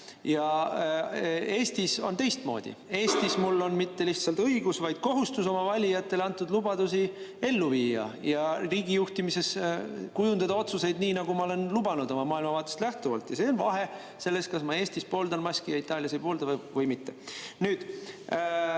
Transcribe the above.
Eestis on teistmoodi. Eestis mul on mitte lihtsalt õigus, vaid kohustus oma valijatele antud lubadusi ellu viia ja riigi juhtimises kujundada otsuseid nii, nagu ma olen lubanud oma maailmavaatest lähtuvalt. Ja see on vahe selles, kas ma Eestis pooldan maski ja Itaalias ei poolda või vastupidi. Nüüd,